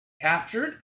captured